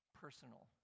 personal